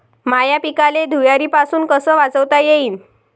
माह्या पिकाले धुयारीपासुन कस वाचवता येईन?